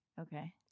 Okay